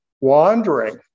wandering